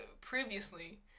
previously